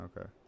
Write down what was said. okay